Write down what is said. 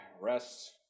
Rest